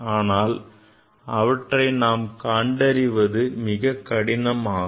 ஆனால் அவற்றை நாம் பார்ப்பது கண்டறிவது மிக கடினமாகும்